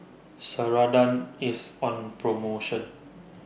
Ceradan IS on promotion